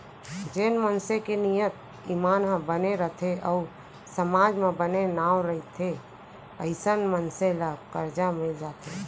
जेन मनसे के नियत, ईमान ह बने रथे अउ समाज म बने नांव रथे अइसन मनसे ल करजा मिल जाथे